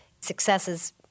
successes